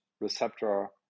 receptor